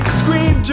scream